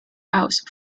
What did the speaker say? aus